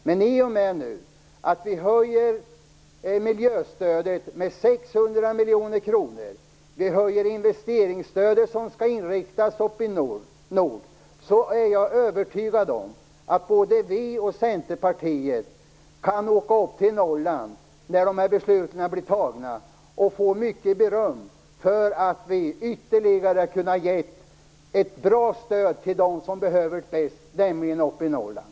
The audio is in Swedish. Men i och med att vi nu höjer miljöstödet med 600 miljoner kronor och säger att investeringsstödet skall inriktas på Norrland är jag övertygad om att både vi och centerpartister - när besluten är fattade - får mycket beröm i Norrland för att vi kunnat ge ett bra stöd till dem som behöver det bäst, nämligen dem uppe i Norrland.